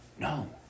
No